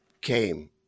came